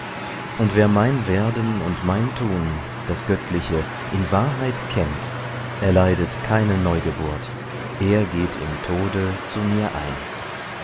und wer mein werden und mein tun das göttliche in wahrheit kennt erleidet keine neugeburt er geht im tode zu mir ein